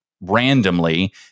randomly